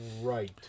Right